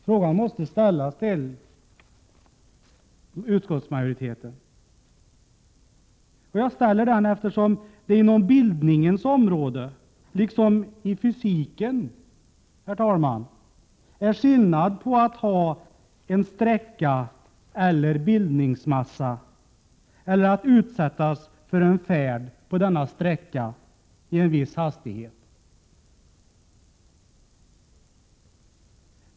Frågan måste ställas till utskottsmajoriteten, eftersom det inom bildningens område liksom i fysiken är skillnad mellan att ha en sträcka eller bildningsmassa och att utsättas för en färd på sträckan i en viss hastighet.